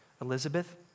Elizabeth